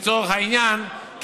לצורך העניין,